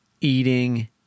eating